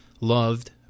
loved